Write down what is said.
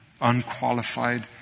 unqualified